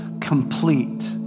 complete